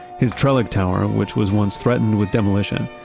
his trellick tower, which was once threatened with demolition,